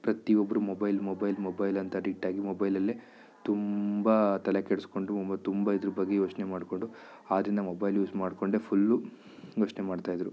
ಪ್ರತಿ ಒಬ್ರು mobile mobile mobile ಅಂತ ಅಡಿಕ್ಟಾಗಿ ಮೊಬೈಲಲ್ಲೆ ತುಂಬ ತಲೆ ಕೆಡಿಸ್ಕೊಂಡು ತುಂಬ ಇದ್ರ ಬಗ್ಗೆ ಯೋಚನೆ ಮಾಡ್ಕೊಂಡು ಆ ದಿನ ಮೊಬೈಲ್ ಯೂಸ್ ಮಾಡ್ಕೊಂಡೆ ಫುಲ್ಲು ಯೋಚನೆ ಮಾಡ್ತಾಯಿದ್ರು